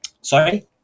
Sorry